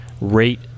rate